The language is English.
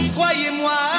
Croyez-moi